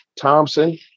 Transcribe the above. Thompson